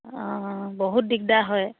অঁ বহুত দিগদাৰ হয়